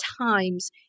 times